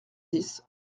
dix